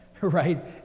right